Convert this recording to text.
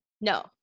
No